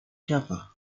siapa